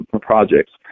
projects